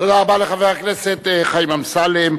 תודה רבה לחבר הכנסת חיים אמסלם.